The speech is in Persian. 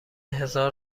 هزار